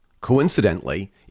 coincidentally